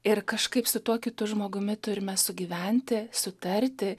ir kažkaip su tuo kitu žmogumi turime sugyventi sutarti